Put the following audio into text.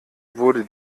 wurde